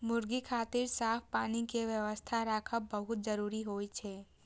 मुर्गी खातिर साफ पानी के व्यवस्था राखब बहुत जरूरी होइ छै